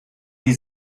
die